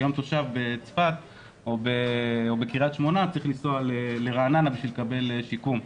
כי היום תושב בצפת או בקרית שמונה צריך לנסוע לרעננה כדי לקבל שיקום.